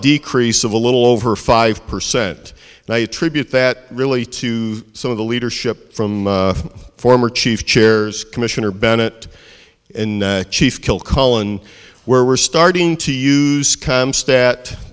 decrease of a little over five percent and a tribute that really to some of the leadership from former chief chairs commissioner bennett in chief kilcullen where we're starting to use com stat